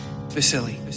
Vasily